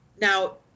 Now